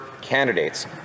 candidates